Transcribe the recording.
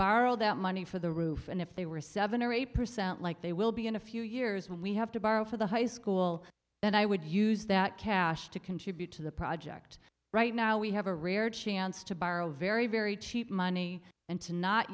borrow that money for the roof and if they were seven or eight percent like they will be in a few years when we have to borrow for the high school then i would use that cash to contribute to the project right now we have a rare chance to borrow very very cheap money and to not